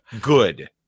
Good